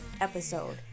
episode